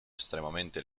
estremamente